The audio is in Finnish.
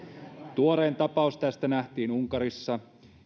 tuorein tapaus tästä nähtiin unkarissa